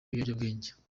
ibiyobyabwenge